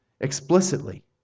explicitly